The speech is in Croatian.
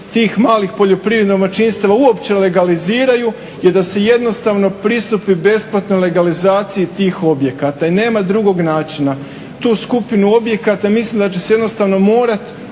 tih malih poljoprivrednih domaćinstava uopće legaliziraju je da se jednostavno pristupi besplatnoj legalizaciji tih objekata i nema drugog načina. Tu skupinu objekata mislim da će se jednostavno morati